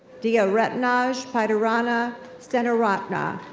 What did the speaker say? dayaretnage patirana senaratna.